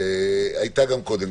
הייתה גם קודם.